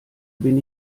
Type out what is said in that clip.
bin